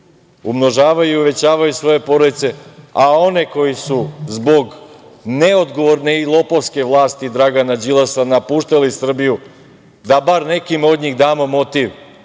umnožavaju i uvećavaju svoje porodice, a one koji su zbog neodgovorne i lopovske vlasti Dragana Đilasa napuštali Srbiju da bar nekima od njih damo motiv